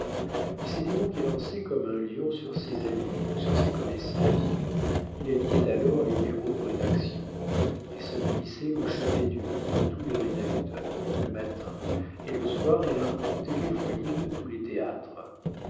il s'était donc élancé comme un lion sur ses amis sur ses connaissances il habitait alors les bureaux de rédaction il se glissait au chevet du lit de tous les rédacteurs le matin et le soir il arpentait les foyers de tous les théâtres